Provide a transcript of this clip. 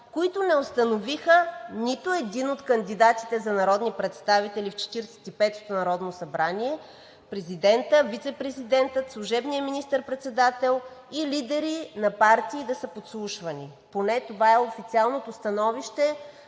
които не установиха нито един от кандидатите за народни представители в 45-ото народно събрание, президентът, вицепрезидентът, служебният министър-председател и лидери на партии да са подслушвани. Поне това е официалното становище,